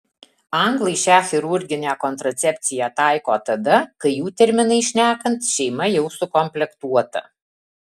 anglai šią chirurginę kontracepciją taiko tada kai jų terminais šnekant šeima jau sukomplektuota